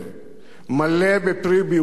מלא בפרי באושים,